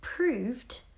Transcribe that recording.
proved